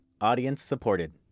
Audience-supported